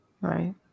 Right